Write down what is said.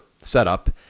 setup